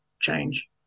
change